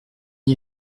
n’y